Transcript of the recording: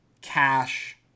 cash